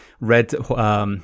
red